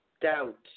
doubt